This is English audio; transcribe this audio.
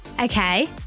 Okay